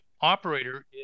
operator